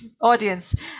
audience